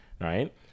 right